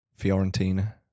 Fiorentina